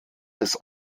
des